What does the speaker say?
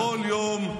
בכל יום,